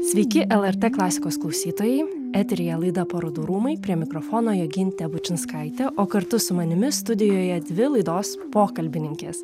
sveiki lrt klasikos klausytojai eteryje laida parodų rūmai prie mikrofono jogintė bučinskaitė o kartu su manimi studijoje dvi laidos pokalbininkės